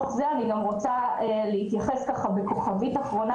אני רוצה להתייחס בכוכבית אחרונה,